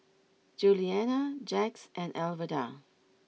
Julianna Jax and Alverda